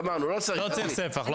גמרנו, לא צריך ספח.